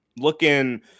Looking